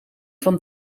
van